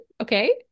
okay